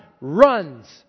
runs